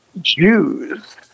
Jews